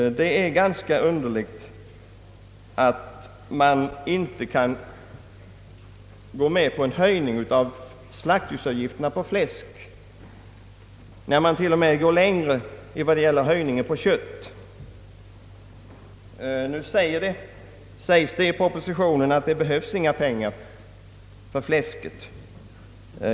Det är ganska underligt att man inte kan gå med på en höjning av slaktdjursavgifterna på fläsk när man t.o.m., går längre när det gäller höjningen på kött än jordbruksnämndens förslag. Nu sägs det i propositionen att det behövs inga pengar för fläsket.